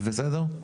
בסדר?